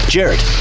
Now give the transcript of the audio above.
Jared